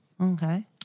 Okay